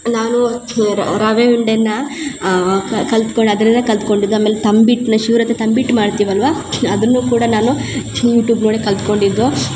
ನಾನು ರವೆ ಉಂಡೆನ ಕಲ್ತ್ಕೊಳ್ ಅದರಲ್ಲೆ ಕಲ್ತ್ಕೊಂಡುದು ಆಮೇಲೆ ತಂಬಿಟ್ನ ಶಿವ್ರಾತ್ರಿಗ ತಂಬಿಟ್ಟು ಮಾಡ್ತಿವಲ್ಲವಾ ಅದುನು ಕೂಡ ನಾನು ಯುಟ್ಯೂಬ್ ನೋಡೇ ಕಲ್ತ್ಕೊಂಡಿದ್ದು